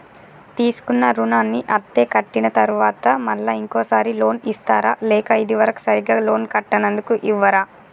తీసుకున్న రుణాన్ని అత్తే కట్టిన తరువాత మళ్ళా ఇంకో సారి లోన్ ఇస్తారా లేక ఇది వరకు సరిగ్గా లోన్ కట్టనందుకు ఇవ్వరా?